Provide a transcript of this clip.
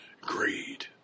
greed